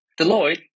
Deloitte